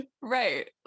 right